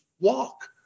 walk